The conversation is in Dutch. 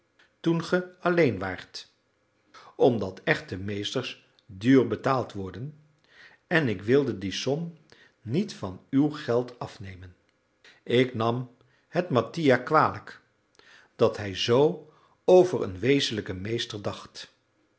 toen gij alleen waart omdat echte meesters duur betaald worden en ik wilde die som niet van uw geld afnemen ik nam het mattia kwalijk dat hij zoo over een wezenlijken meester dacht